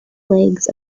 flags